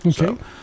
Okay